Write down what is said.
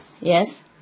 yes